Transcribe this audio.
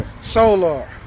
Solar